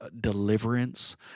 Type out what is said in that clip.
deliverance